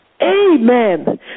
Amen